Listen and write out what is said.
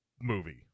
movie